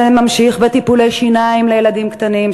זה נמשך בטיפולי שיניים לילדים קטנים.